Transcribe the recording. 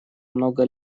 много